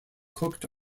cooked